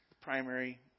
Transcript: primary